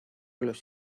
los